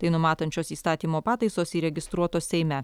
tai numatančios įstatymo pataisos įregistruotos seime